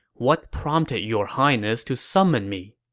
what prompted your highness to summon me?